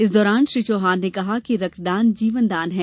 इस दौरान श्री चौहान ने कहा कि रक्तदान जीवनदान है